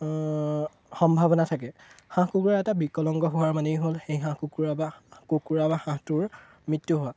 সম্ভাৱনা থাকে হাঁহ কুকুৰা এটা বিকলাংগ হোৱাৰ মানেই হ'ল সেই হাঁহ কুকুৰা বা কুকুৰা বা হাঁহটোৰ মৃত্যু হোৱা